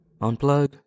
unplug